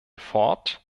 ford